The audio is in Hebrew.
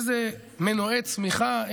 איזה מנועי צמיחה,